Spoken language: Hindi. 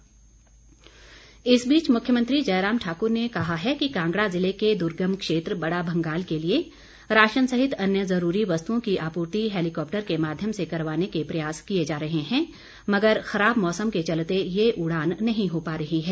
मुख्यमंत्री चम्बा इस बीच मुख्यमंत्री जयराम ठाकुर ने कहा है कि कांगड़ा जिले के दुर्गम क्षेत्र बड़ा भंगाल के लिए राशन सहित अन्य ज़रूरी वस्तुओं की आपूर्ति हैलीकॉप्टर के माध्यम से करवाने के प्रयास किए जा रहे हैं मगर खराब मौसम के चलते ये उड़ान नहीं हो पा रही है